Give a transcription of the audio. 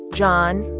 john,